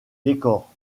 décors